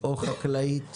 ובין אם חקלאית